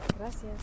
Gracias